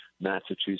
Massachusetts